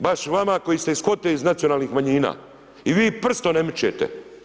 Baš vama koji ste .../nerazumljivo/... iz nacionalnih manjina i vi prstom ne mičete.